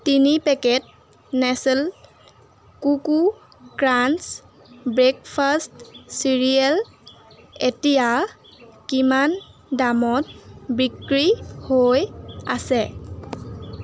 তিনি packet Nestle Koko Krunch breakfast cereal এতিয়া কিমান দামত বিক্ৰী হৈ আছে